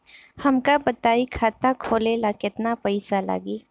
हमका बताई खाता खोले ला केतना पईसा लागी?